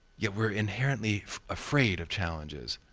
yet we're inherently afraid of challenges.